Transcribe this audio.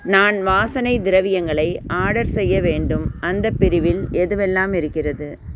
நான் வாசனை திரவியங்களை ஆடர் செய்ய வேண்டும் அந்தப் பிரிவில் எதுவெல்லாம் இருக்கிறது